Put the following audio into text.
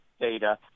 data